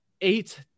eight